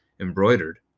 embroidered